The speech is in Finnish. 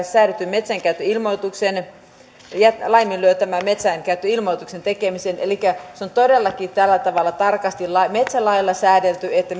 säädetyn metsänkäyttöilmoituksen antamisen laiminlyö tämän metsänkäyttöilmoituksen tekemisen on tuomittava metsärikkomuksesta elikkä se on todellakin tällä tavalla tarkasti metsälailla säädelty että